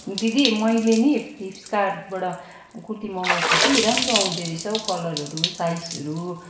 दिदी मैले नि फ्लिपकार्टबाट कुर्ती मगाएको थिएँ कि राम्रो आउँदो रहेछ हो कलरहरू साइजहरू